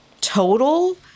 total